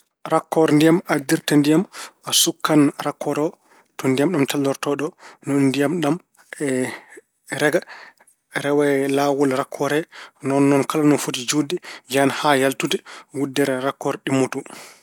Rakkoor ndiyam addirta ndiyam, a sukan rakkoor o to ndiyam ɗam tellorto ɗo. Ni woni ndiyam ɗam rega, rewa e laawol rakkoor he. Noon noon kala no foti juutde yahan haa yaltita wuddere rakkoor ɗimmo to.